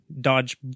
dodge